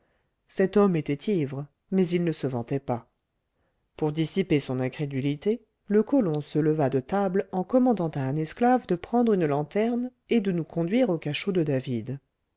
cet homme était ivre mais il ne se vantait pas pour dissiper son incrédulité le colon se leva de table en commandant à un esclave de prendre une lanterne et de nous conduire au cachot de david